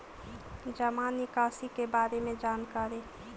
जामा निकासी के बारे में जानकारी?